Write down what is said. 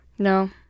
No